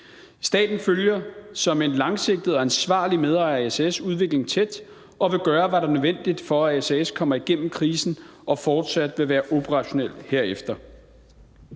Staten følger som en langsigtet og ansvarlig medejer af SAS udviklingen tæt og vil gøre, hvad der er nødvendigt for, at SAS kommer igennem krisen og fortsat vil være operationelt herefter.